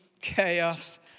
chaos